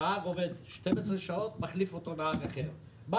נהג עובד 12 שעות ומחליף אותו נהג אחר מה